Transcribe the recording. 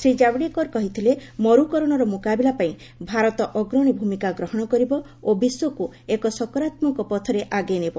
ଶ୍ରୀ ଜାବ୍ଡେକର କହିଥିଲେ ମରୁକରଣର ମୁକାବିଲା ପାଇଁ ଭାରତ ଅଗ୍ରଣୀ ଭୂମିକା ଗ୍ରହଣ କରିବ ଓ ବିଶ୍ୱକ୍ ଏକ ସକାରାତ୍ମକ ପଥରେ ଆଗେଇ ନେବ